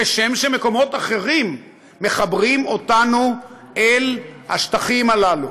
כשם שמקומות אחרים מחברים אותנו אל השטחים הללו.